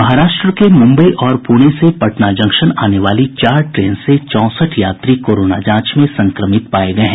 महाराष्ट्र के मुम्बई और पूर्ण से पटना जंक्शन आने वाली चार ट्रेन के चौंसठ यात्री कोरोना जांच में संक्रमित पाये गये हैं